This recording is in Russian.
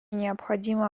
необходимо